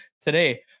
today